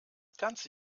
ganze